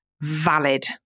valid